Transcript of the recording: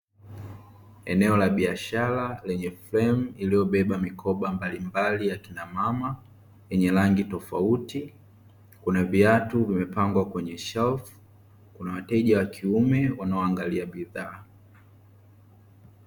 Eneo la biashara lenye fremu iliyobeba mikoba mbalimbali ya kina mama yenye rangi tofauti, kuna viatu vimepangwa kwenye shelfu, kuna wateja wa kiume wanaoangalia bidhaa.